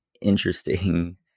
interesting